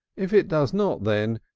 if it does not then,